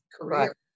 career